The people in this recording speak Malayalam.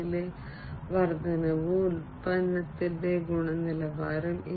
അതിനാൽ അടിസ്ഥാനപരമായി ഈ ഔട്ട്സോഴ്സിംഗിലും ഐഒടിയുടെ പശ്ചാത്തലത്തിൽ സോഴ്സിംഗിലും ഇൻഡസ്ട്രി 4